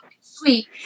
sweet